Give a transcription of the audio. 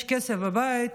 יש כסף בבית,